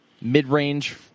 Mid-range